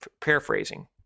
paraphrasing